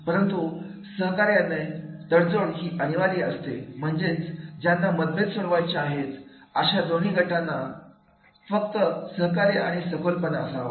परंतु सहकार्यांमध्ये तडजोड ही अनिवार्य असते म्हणजेच ज्यांना मतभेद सोडवायचे आहेत अशा दोन्ही गटांना अशा फक्त सहकार्य आणि सखोलपणा असावा